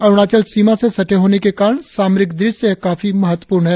अरुणाचल सीमा से सटे होने के कारण सामरिक दृष्टि से यह काफी महत्वपूर्ण हैं